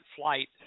flight